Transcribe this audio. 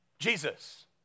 Jesus